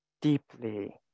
deeply